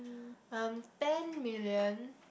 um ten million